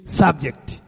subject